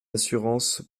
assurance